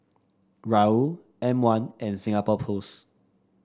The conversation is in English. Raoul M one and Singapore Post